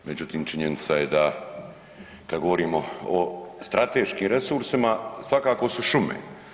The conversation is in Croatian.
Međutim, činjenica je da kada govorimo o strateškim resursima svakako su šume.